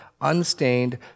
unstained